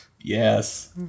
Yes